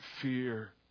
fear